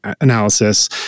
analysis